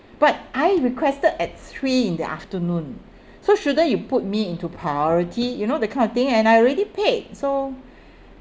but I requested at three in the afternoon so shouldn't you put me into priority you know that kind of thing and I already paid so